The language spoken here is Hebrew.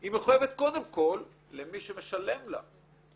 היא מחויבת קודם כל למי שמשלם לה.